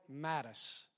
Mattis